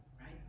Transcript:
right